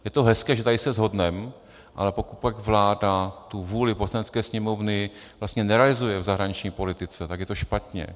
Je to hezké, že tady se shodneme, ale pokud pak vláda tu vůli Poslanecké sněmovny vlastně nerealizuje v zahraniční politice, tak je to špatně.